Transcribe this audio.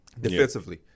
defensively